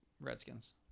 Redskins